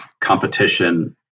competition